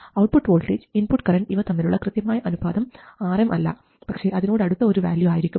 output voltage input current ഇവ തമ്മിലുള്ള കൃത്യമായ അനുപാതം Rm അല്ല പക്ഷേ അതിനോട് അടുത്ത ഒരു വാല്യൂ ആയിരിക്കും